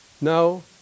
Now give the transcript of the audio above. No